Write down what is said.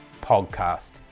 podcast